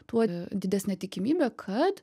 tuo didesnė tikimybė kad